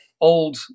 old